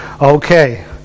Okay